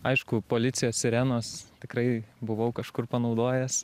aišku policijos sirenos tikrai buvau kažkur panaudojęs